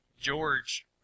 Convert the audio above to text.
George